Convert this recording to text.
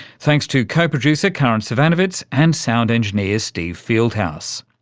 thanks to co-producer karin zsivanovits and sound engineer steve fieldhouse.